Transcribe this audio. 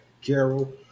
Carol